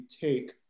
take